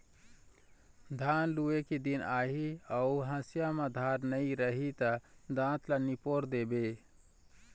धान लूए के दिन आही अउ हँसिया म धार नइ रही त दाँत ल निपोर देबे